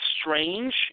strange